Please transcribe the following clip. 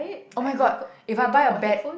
[oh]-my-god if I buy a bad